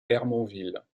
hermonville